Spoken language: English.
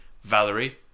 Valerie